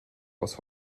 aus